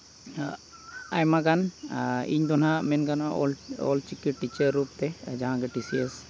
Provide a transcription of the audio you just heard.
ᱟᱭᱢᱟ ᱜᱟᱱ ᱤᱧ ᱫᱚ ᱦᱟᱸᱜ ᱢᱮᱱ ᱜᱟᱱᱚᱜᱼᱟ ᱚᱞ ᱪᱤᱠᱤ ᱴᱤᱪᱟᱨ ᱨᱩᱯ ᱛᱮ ᱡᱟᱦᱟᱸ ᱜᱮ ᱴᱤ ᱥᱤ ᱮᱥ